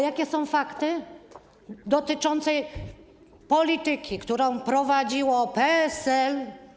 Jakie są fakty dotyczące polityki, którą prowadziło PSL?